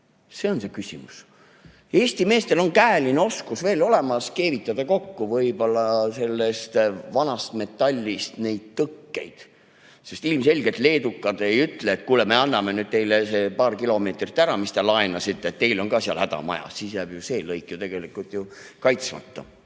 See on see küsimus. Eesti meestel on käeline oskus veel olemas keevitada kokku võib-olla vanast metallist tõkkeid. Ilmselgelt leedukad ei ütle, et kuulge, me anname teile paar kilomeetrit tõket, mis te laenasite. Teil on ju ka häda majas. Siis jääb see lõik ju tegelikult kaitsmata.